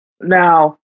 Now